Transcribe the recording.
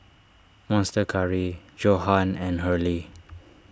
Monster Curry Johan and Hurley